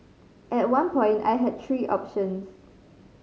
at one point I had three options